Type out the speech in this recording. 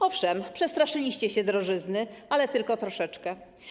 Owszem, przestraszyliście się drożyzny, ale tylko troszeczkę.